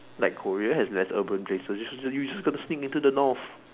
like Korea has less urban places you should just you just got to sneak into the North